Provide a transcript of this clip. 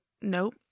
nope